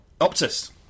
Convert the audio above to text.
Optus